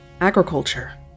agriculture